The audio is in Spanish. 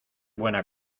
buena